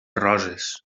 roses